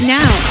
now